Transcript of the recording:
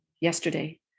yesterday